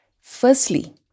Firstly